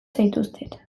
zaituztet